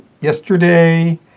yesterday